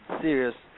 serious